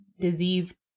disease